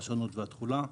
פרשנות ותחולה.